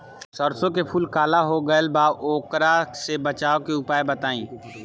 सरसों के फूल काला हो गएल बा वोकरा से बचाव के उपाय बताई?